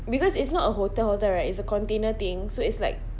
because it's not a hotel hotel right it's a container thing so it's like